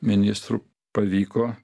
ministru pavyko